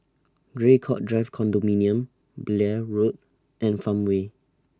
Draycott Drive Condominium Blair Road and Farmway